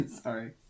sorry